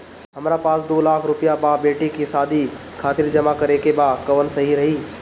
हमरा पास दू लाख रुपया बा बेटी के शादी खातिर जमा करे के बा कवन सही रही?